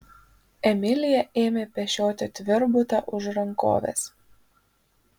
emilija ėmė pešioti tvirbutą už rankovės